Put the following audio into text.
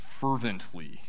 fervently